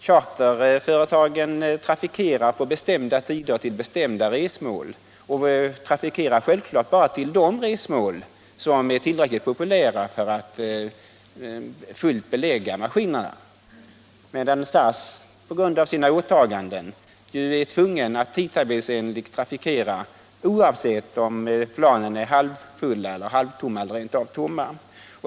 Charterföretagen trafikerar på bestämda tider till bestämda resmål — självfallet bara till de resmål som är tillräckligt populära för att fullt belägga maskinerna — medan SAS på grund av sina åtaganden är tvingat att tidtabellsenligt trafikera oavsett om planen är halvfulla, halvtomma eller rent av tomma.